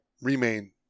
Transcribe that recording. remain